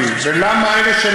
חבר'ה, אנחנו, להלל את עצמי?